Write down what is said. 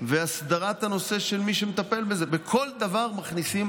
והסדרת הנושא של מי שמטפל בזה, בכל דבר מכניסים